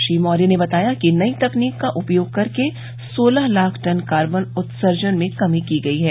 श्री मौर्य ने बताया कि नई तकनीक का उपयोग करके सोलह लाख टन कार्बन उत्सर्जन में कमी की गई है